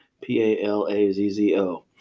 P-A-L-A-Z-Z-O